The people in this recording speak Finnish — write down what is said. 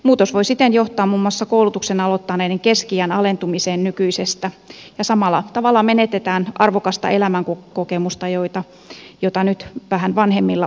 muutos voi siten johtaa muun muassa koulutuksen aloittaneiden keski iän alentumiseen nykyisestä ja samalla tavalla menetetään arvokasta elämänkokemusta jota nyt vähän vanhemmilla opiskelijoilla on